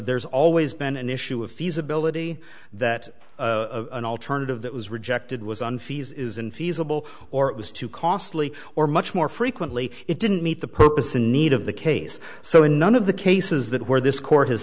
there's always been an issue of feasibility that an alternative that was rejected was an fees isn't feasible or it was too costly or much more frequently it didn't meet the purpose in need of the case so in none of the cases that where this court has